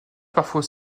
parfois